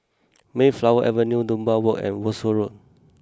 Mayflower Avenue Dunbar Walk and Wolskel Road